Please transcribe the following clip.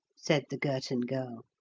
said the girton girl.